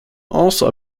also